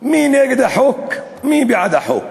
מי נגד החוק, מי בעד החוק.